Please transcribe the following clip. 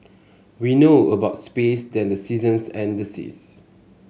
we know about space than the seasons and the seas